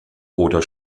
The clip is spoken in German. oder